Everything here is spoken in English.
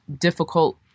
difficult